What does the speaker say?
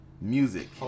Music